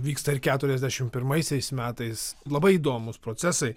vyksta ir keturiasdešimt pirmaisiais metais labai įdomūs procesai